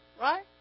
Right